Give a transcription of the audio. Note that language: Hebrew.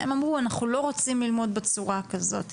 הם אמרו "אנחנו לא רוצים ללמוד בצורה כזאת",